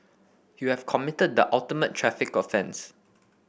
you have committed the ultimate traffic offence